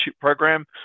program